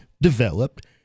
developed